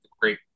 great